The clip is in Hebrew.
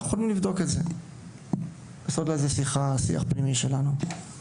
אבל אנחנו נעשה על זה שיח פנימי שלנו.